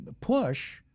push